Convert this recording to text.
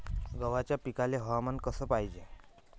गव्हाच्या पिकाले हवामान कस पायजे?